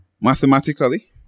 mathematically